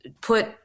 put